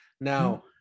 now